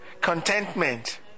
Contentment